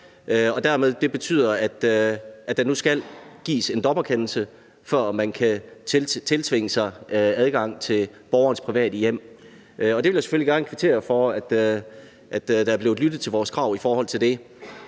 5, stk. 3. Det betyder, at der nu skal gives en dommerkendelse, før man kan tiltvinge sig adgang til borgerens private hjem. Der vil jeg selvfølgelig gerne kvittere for, at der blev lyttet til vores krav om det.